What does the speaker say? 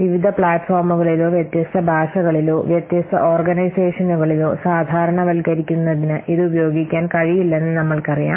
വിവിധ പ്ലാറ്റ്ഫോമുകളിലോ വ്യത്യസ്ത ഭാഷകളിലോ വ്യത്യസ്ത ഓർഗനൈസേഷനുകളിലോ സാധാരണവൽക്കരിക്കുന്നതിന് ഇത് ഉപയോഗിക്കാൻ കഴിയില്ലെന്ന് നമ്മൾക്കറിയാം